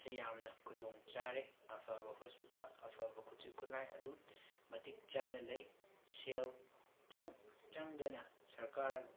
ꯁꯤ ꯌꯥꯝꯅ ꯈꯨꯗꯣꯡ ꯆꯥꯔꯦ ꯑꯐꯕ ꯍꯣꯁꯄꯤꯇꯥꯜ ꯑꯐꯕ ꯈꯨꯠꯁꯨ ꯈꯨꯠꯂꯥꯏ ꯑꯗꯨꯝ ꯃꯇꯤꯛ ꯆꯥꯅ ꯂꯩ ꯁꯦꯜ ꯏꯆꯪ ꯆꯪꯗꯅ ꯁꯔꯀꯥꯔ